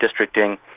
districting